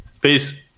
Peace